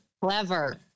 Clever